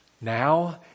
now